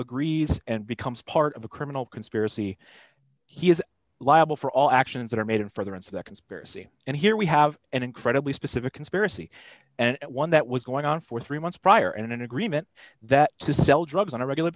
agrees and becomes part of a criminal conspiracy he is liable for all actions that are made in furtherance of that conspiracy and here we have an incredibly specific conspiracy and one that was going on for three months prior and an agreement that to sell drugs on a regular